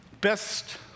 Best